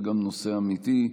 וגם נושא אמיתי.